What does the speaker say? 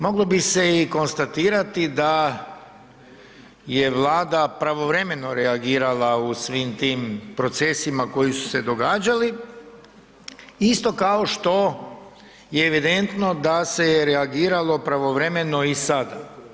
Moglo bi se konstatirati da je Vlada pravovremeno reagirala u svim tim procesima koji su se događali, isto kao što je evidentno da je se reagiralo pravovremeno i sada.